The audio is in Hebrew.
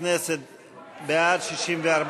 הכנסת, בעד, 64,